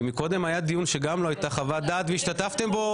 קודם היה דיון שגם לא הייתה חוות דעת והשתתפתם בו